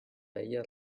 veia